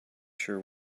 sure